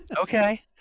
Okay